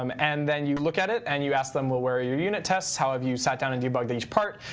um and then you look at it, and you ask them, well, where are your unit tests? how have you sat down and debugged each part?